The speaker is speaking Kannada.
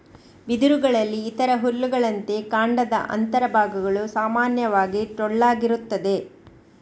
ಬಿದಿರುಗಳಲ್ಲಿ ಇತರ ಹುಲ್ಲುಗಳಂತೆ ಕಾಂಡದ ಅಂತರ ಭಾಗಗಳು ಸಾಮಾನ್ಯವಾಗಿ ಟೊಳ್ಳಾಗಿರುತ್ತದೆ